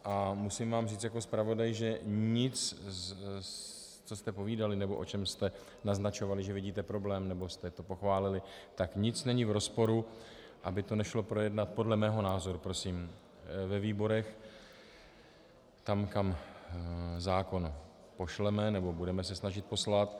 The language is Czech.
A musím vám říct jako zpravodaj, že nic, co jste povídali nebo o čem jste naznačovali, že vidíte problém, nebo jste to pochválili, tak nic není v rozporu, aby to nešlo projednat, podle mého názoru prosím, ve výborech, tam, kam zákon pošleme, nebo budeme se snažit poslat.